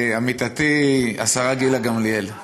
עמיתתי השרה גילה גמליאל,